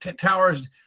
towers